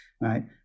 right